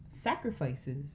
sacrifices